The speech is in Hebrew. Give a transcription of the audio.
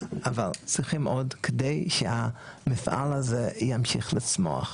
אבל צריכים עוד כדי שהמפעל הזה ימשיך לצמוח.